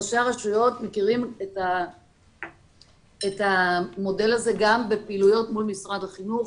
ראשי הרשויות מכירים את המודל הזה גם בפעילויות מול משרד החינוך.